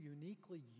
uniquely